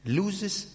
loses